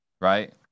right